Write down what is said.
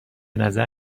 نظر